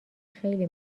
خیلی